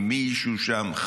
אם מישהו שם,